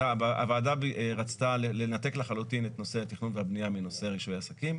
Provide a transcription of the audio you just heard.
הוועדה רצתה לנתק לחלוטין את נושא התכנון והבנייה מנושא רישוי עסקים.